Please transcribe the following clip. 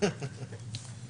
ההמתנה של